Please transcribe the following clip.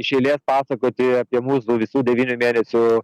iš eilės pasakoti apie mūsų visų devynių mėnesių